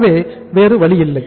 எனவே வேறு வழியில்லை